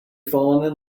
fallen